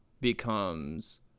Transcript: becomes